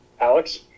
Alex